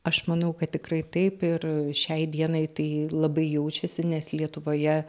aš manau kad tikrai taip ir šiai dienai tai labai jaučiasi nes lietuvoje